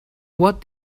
what